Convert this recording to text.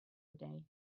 today